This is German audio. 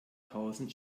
tausend